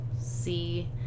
see